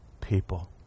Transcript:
people